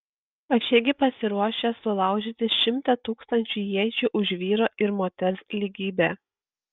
aš irgi pasiruošęs sulaužyti šimtą tūkstančių iečių už vyro ir moters lygybę